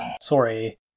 Sorry